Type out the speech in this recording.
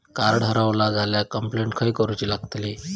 Card हरवला झाल्या complaint खय करूची लागतली?